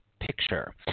picture